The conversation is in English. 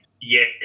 Yes